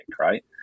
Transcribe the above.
right